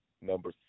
number